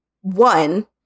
one